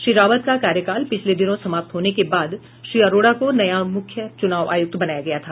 श्री रावत का कार्यकाल पिछले दिनों समाप्त होने के बाद श्री अरोडा को नया मुख्य चुनाव आयुक्त बनाया गया था